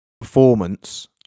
performance